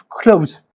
close